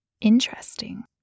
Interesting